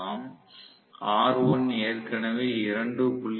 R1 ஏற்கனவே 2